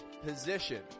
position